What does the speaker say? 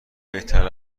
بهتر